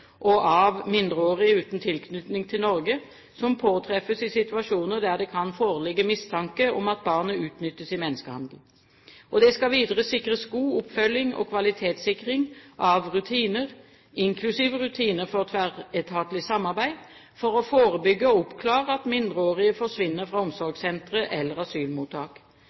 og av mindreårige uten tilknytning til Norge som påtreffes i situasjoner der det kan foreligge mistanke om at barnet utnyttes i menneskehandel. Det skal videre sikres god oppfølging og kvalitetssikring av rutiner, inklusive rutiner for tverretatlig samarbeid, for å forebygge og oppklare at mindreårige forsvinner fra omsorgssentre eller asylmottak.